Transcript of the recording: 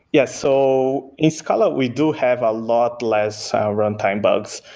yeah, so in scala we do have a lot less runtime bugs.